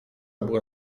była